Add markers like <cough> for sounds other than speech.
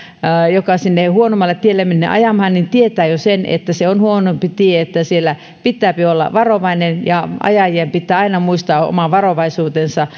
joka sinne huonommalle tielle menee ajamaan tietää jo sen että se on huonompi tie ja että siellä pitää olla varovainen ja ajajien pitää aina muistaa oma varovaisuutensa <unintelligible>